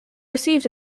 received